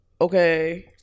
okay